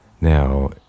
Now